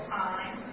time